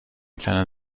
kleiner